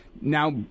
now